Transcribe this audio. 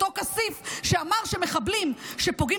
אותו כסיף שאמר שמחבלים שפוגעים